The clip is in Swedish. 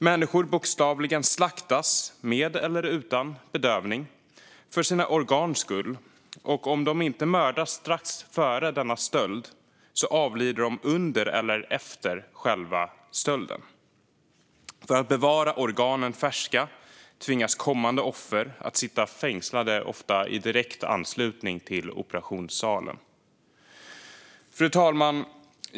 Människor bokstavligen slaktas, med eller utan bedövning, för sina organs skull. Om de inte mördas strax före denna stöld avlider de under eller efter själva stölden. För att organen ska bevaras färska tvingas kommande offer sitta fängslade, ofta i direkt anslutning till operationssalen. Fru talman!